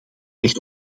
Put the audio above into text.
recht